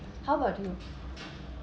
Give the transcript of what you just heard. how about you